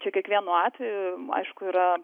čia kiekvienu atveju aišku yra